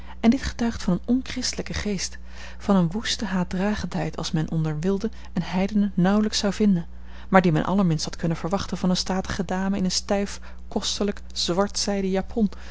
en dit getuigt van een onchristelijken geest van eene woeste haatdragendheid als men onder wilden en heidenen nauwelijks zou vinden maar die men allerminst had kunnen verwachten van een statige dame in een stijf kostelijk zwart zijden japon